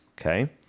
Okay